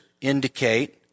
indicate